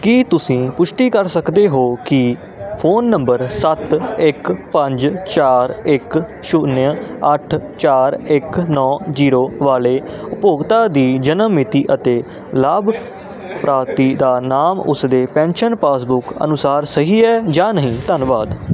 ਕੀ ਤੁਸੀਂ ਪੁਸ਼ਟੀ ਕਰ ਸਕਦੇ ਹੋ ਕਿ ਫੋਨ ਨੰਬਰ ਸੱਤ ਇੱਕ ਪੰਜ ਚਾਰ ਇੱਕ ਸ਼ੂਨਿਆ ਅੱਠ ਚਾਰ ਇੱਕ ਨੌਂ ਜੀਰੋ ਵਾਲੇ ਉਪਭੋਗਤਾ ਦੀ ਜਨਮ ਮਿਤੀ ਅਤੇ ਲਾਭਪਾਤਰੀ ਦਾ ਨਾਮ ਉਸਦੇ ਪੈਨਸ਼ਨ ਪਾਸਬੁੱਕ ਅਨੁਸਾਰ ਸਹੀ ਹੈ ਜਾਂ ਨਹੀਂ ਧੰਨਵਾਦ